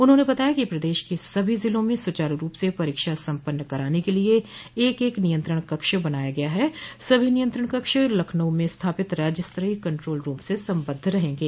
उन्होंने बताया कि प्रदेश के सभी जिलों में सूचारू रूप से परीक्षा सम्पन्न कराने के लिये एक एक नियंत्रण कक्ष बनाया गया है सभी नियंत्रण कक्ष लखनऊ में स्थापित राज्यस्तरीय कंट्रोल रूम से संबद्ध रहगे